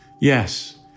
Yes